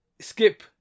skip